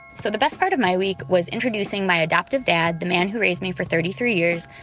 so the best part of my week was introducing my adoptive dad, the man who raised me for thirty three years,